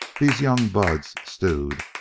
these young buds, stewed,